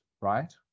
right